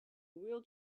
wheel